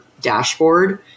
dashboard